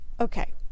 Okay